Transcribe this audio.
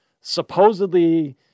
supposedly